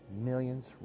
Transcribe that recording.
Millions